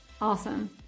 Awesome